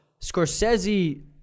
Scorsese